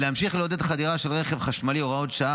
כדי להמשיך לעודד חדירה של רכב חשמלי הוראת השעה